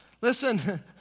listen